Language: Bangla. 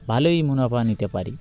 ভালোই মুনাফা নিতে পারি